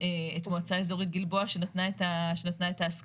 המועצה האזורית גלבוע שנתנה את ההסכמה,